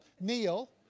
Neil